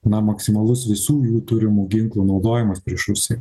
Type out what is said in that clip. na maksimalus visų jų turimų ginklų naudojimas prieš rusiją